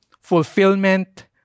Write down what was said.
fulfillment